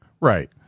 Right